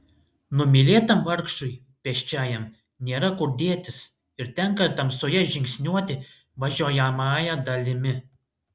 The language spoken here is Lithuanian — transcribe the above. numylėtam vargšui pėsčiajam nėra kur dėtis ir tenka tamsoje žingsniuoti važiuojamąja dalimi